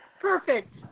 perfect